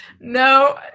No